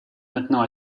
maintenant